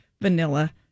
vanilla